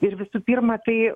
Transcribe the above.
ir visų pirma tai